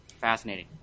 Fascinating